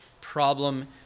problem